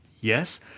Yes